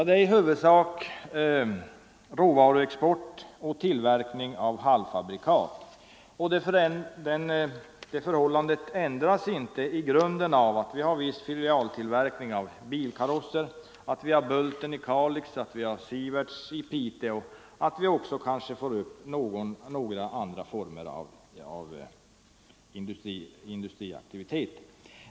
Det är i huvudsak råvaruexport och tillverkning av halvfabrikat, och det förhållandet ändras inte i grunden av att vi har viss filialtillverkning av bilkarosser, att vi har Bulten i Kalix, att vi har Sieverts i Piteå och att vi kanske också får upp några andra former av industriaktivitet.